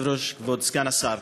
אדוני היושב-ראש, כבוד סגן השר,